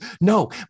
no